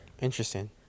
Interesting